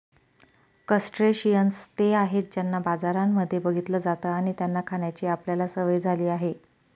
crustaceans ते आहेत ज्यांना बाजारांमध्ये बघितलं जात आणि त्यांना खाण्याची आपल्याला सवय झाली आहे